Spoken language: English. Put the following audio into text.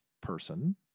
person